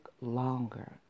longer